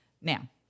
Now